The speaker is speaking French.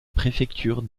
préfecture